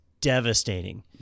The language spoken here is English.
devastating